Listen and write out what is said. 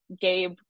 Gabe